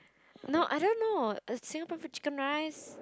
no I don't know err Singaporean food chicken rice